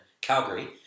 Calgary